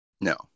No